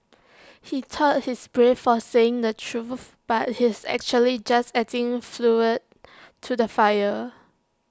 he thought he's brave for saying the truth but he's actually just adding to the fire